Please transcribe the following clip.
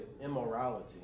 immorality